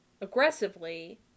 aggressively